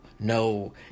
No